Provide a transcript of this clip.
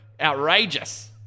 outrageous